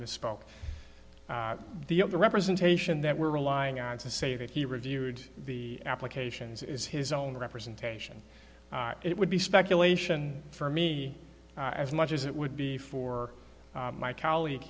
misspoke the other representation that we're relying on to say that he reviewed the applications is his own representation it would be speculation for me as much as it would be for my colleague